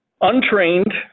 untrained